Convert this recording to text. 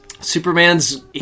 superman's